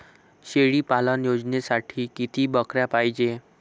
शेळी पालन योजनेसाठी किती बकऱ्या पायजे?